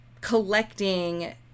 collecting